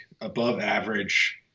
above-average –